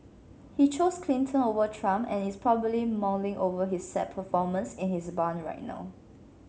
he chose Clinton over Trump and is probably mulling over his sad performance in his barn right now